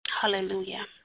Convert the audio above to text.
Hallelujah